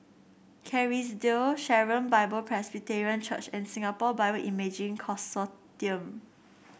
Kerrisdale Sharon Bible Presbyterian Church and Singapore Bioimaging Consortium